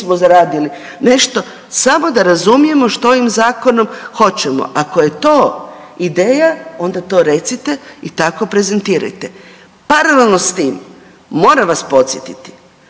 smo zaradili nešto samo da razumijemo što ovim zakonom hoćemo. Ako je to ideja onda to recite i tako prezentirajte. Paralelno s tim moram vas podsjetiti,